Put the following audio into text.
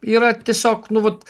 yra tiesiog nu vat